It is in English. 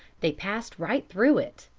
they passed right through it,